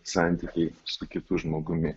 santykiai su kitu žmogumi